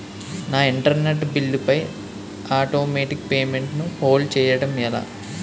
నా internet bill పై automatic payment ను హోల్డ్ చేయటం ఎలా?